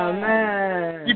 Amen